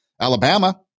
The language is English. Alabama